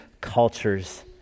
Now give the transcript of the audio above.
cultures